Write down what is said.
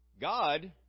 God